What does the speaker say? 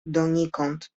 donikąd